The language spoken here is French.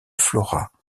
flora